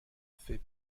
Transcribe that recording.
fait